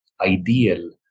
ideal